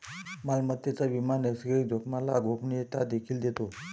मालमत्तेचा विमा नैसर्गिक जोखामोला गोपनीयता देखील देतो